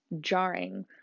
jarring